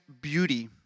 beauty